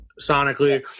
sonically